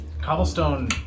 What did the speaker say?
cobblestone